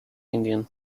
indian